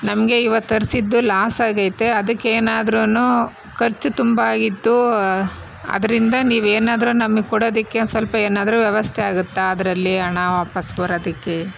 ನಮಗೆ ಇವತ್ತು ತರ್ಸಿದ್ದು ಲಾಸ್ ಆಗೈತೆ ಅದಕ್ಕೇನಾದ್ರುನೂ ಖರ್ಚು ತುಂಬಾಗಿತ್ತು ಆದ್ರಿಂದ ನೀವೇನಾದರೂ ನಮಗೆ ಕೊಡೋದಕ್ಕೆ ಒಂದು ಸ್ವಲ್ಪ ಏನಾದರೂ ವ್ಯವಸ್ಥೆ ಆಗುತ್ತಾ ಅದರಲ್ಲಿ ಹಣ ವಾಪಸ್ಸು ಬರೋದಕ್ಕೆ